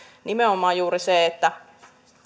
nimenomaan juuri sen että